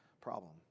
problem